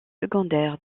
secondaire